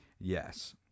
Yes